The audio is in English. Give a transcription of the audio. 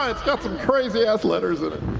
ah it's got some crazy ass letters in it.